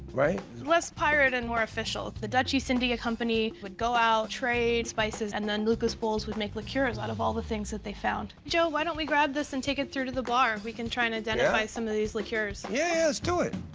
right? less pirate and more official. the dutch east india company would go out, trade spices, and then lucas bols would make liqueurs out of all the things that they found. joe, why don't we grab this, and take it through to the bar? we can try and identify some of these liqueurs. cool? yeah, yeah, let's do it.